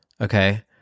okay